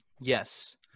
Yes